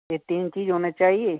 ये तीन चीज़ होने चाहिए